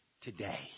today